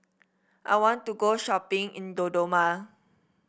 I want to go shopping in Dodoma